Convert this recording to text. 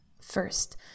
first